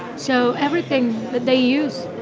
so everything that they use,